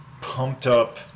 pumped-up